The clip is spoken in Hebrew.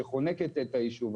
שחונקת את היישוב.